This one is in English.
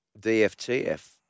D-F-T-F